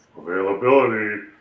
availability